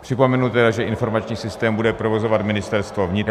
Připomenu, že informační systém bude provozovat Ministerstvo vnitra